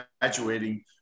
graduating